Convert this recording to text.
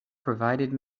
provided